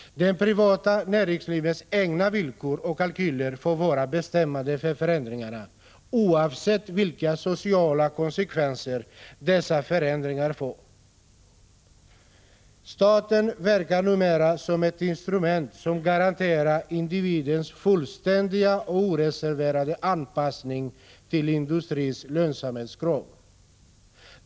Det privata näringslivets egna villkor och kalkyler får vara bestämmande för förändringarna, oavsett vilka sociala konsekvenser dessa förändringar får. Staten verkar numera som ett instrument som garanterar individens fullständiga och oreserverade anpassning till industrins lönsamhetskrav.